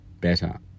better